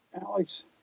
Alex